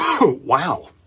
Wow